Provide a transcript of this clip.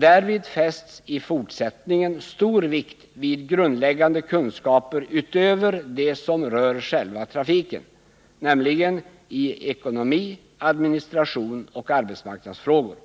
Därmed fästs i fortsättningen stor vikt vid grundläggande kunskaper utöver dem som rör själva trafiken, nämligen i ekonomi, administration och arbetsmarknadsfrågor.